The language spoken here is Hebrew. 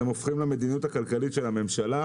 אז הם הופכים למדיניות הכלכלית של הממשלה.